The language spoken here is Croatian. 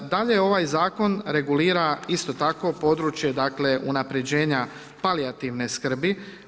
Dalje, ovaj Zakon regulira isto tako područje, dakle unapređenja palijativne skrbi.